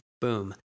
Boom